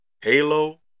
Halo